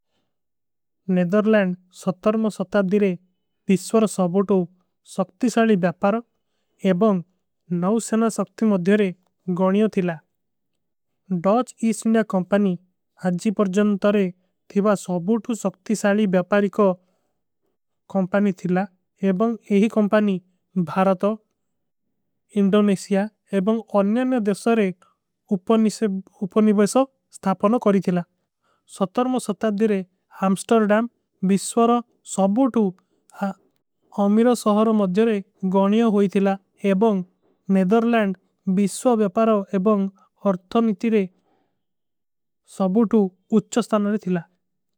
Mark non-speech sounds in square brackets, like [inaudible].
ନେଦରଲାଂଡ ସଟର୍ମ ସକ୍ତା ଦିରେ ଵିଶ୍ଵର ସବୂତ ସକ୍ତି ସାଲୀ ବ୍ଯାପାର ଏବଂଗ। ନୌ ସେନା ସକ୍ତି ମଧ୍ଯରେ ଗଣିଯୋ ଥିଲା ଡୌଜ ଇସ୍ସିନ୍ଯା କମ୍ପାନୀ ହାଜୀ। ପର ଜନ ତରେ ଥିଵା ସବୂତ ସକ୍ତି ସାଲୀ ବ୍ଯାପାରୀ କୋ କମ୍ପାନୀ ଥିଲା। ଏବଂଗ ଏହୀ କମ୍ପାନୀ ଭାରତ ଇଂଡୋନେଶିଯା ଏବଂଗ ଅନ୍ଯାନ୍ଯ ଦେଶାରେ। [hesitation] ଉପନିଵୈସ ସ୍ଥାପନ କରୀ ଥିଲା ସଟର୍ମ ସକ୍ତା। ଦିରେ ହାମ୍ସ୍ଟର୍ଡାମ ଵିଶ୍ଵର ସବୂତ ହା [hesitation] ଅମିର ସହର। ମଧ୍ଯରେ ଗଣିଯୋ ହୋଈ ଥିଲା ଏବଂଗ ନେଧରଲଂଡ ଵିଶ୍ଵା ଵିଯାପାରାଵ। ଏବଂଗ ଅର୍ଥମୀ ଥିଲେ ସବୂତୁ ଉଚ୍ଛ ସ୍ଥାନୋରେ ଥିଲା।